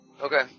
Okay